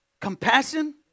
compassion